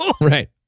Right